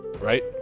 Right